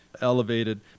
elevated